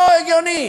לא הגיוני.